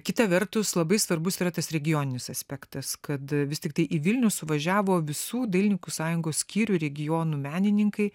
kita vertus labai svarbus yra tas regioninis aspektas kad vis tiktai į vilnių suvažiavo visų dailininkų sąjungos skyrių regionų menininkai